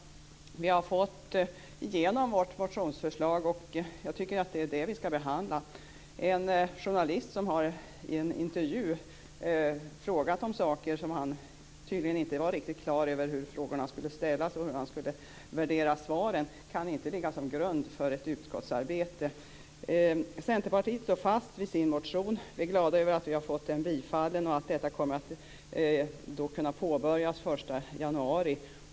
Vi har fått igenom vårt motionsförslag, och jag tycker att det är det som vi skall behandla. En journalist har i en intervju frågat om saker. Tydligen var han inte riktigt på det klara med hur frågorna skulle ställas och hur han skulle värdera svaren. Detta kan inte ligga som grund för ett utskottsarbete. Centerpartiet står fast vid sin motion. Vi centerpartister är glada över att ha fått den bifallen och att arbetet kommer att kunna påbörjas den 1 januari.